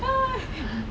I've been to both